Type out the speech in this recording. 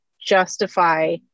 justify